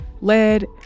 lead